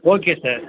okay sir